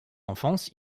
enfance